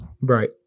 Right